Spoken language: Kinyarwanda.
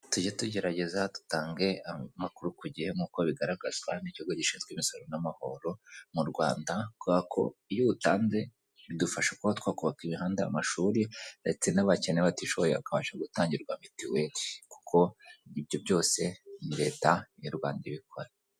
Tujye tugerageza dutange amakuru ku gihe nk'uko bigaragazwa n'Ikigo gishinzwe imisoro n'amahoro mu Rwanda, kubera ko iyo uyatanze bidufasha kuba twakubaka imihanda, amashuri, ndetse n'abakene batishoboye bakabasha gutangirwa mitiweli, kuko ibyo byose ni leta y'u Rwanda ibikora.